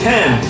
Ten